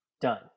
Done